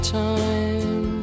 time